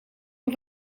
een